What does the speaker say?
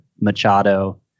Machado